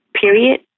period